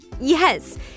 Yes